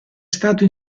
stato